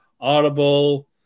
Audible